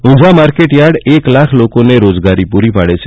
Unjha market yard એક લાખ લોકોને રોજગારી પૂરી પાડે છે